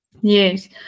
yes